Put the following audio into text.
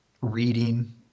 reading